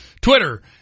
Twitter